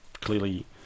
clearly